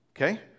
Okay